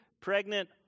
pregnant